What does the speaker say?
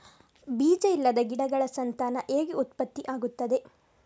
ಬೀಜ ಇಲ್ಲದ ಗಿಡಗಳ ಸಂತಾನ ಹೇಗೆ ಉತ್ಪತ್ತಿ ಆಗುತ್ತದೆ?